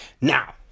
Now